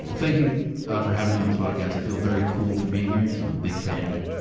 thank you ah for having me on this podcast. i fell very cool for being here, cuz i'm a big fan.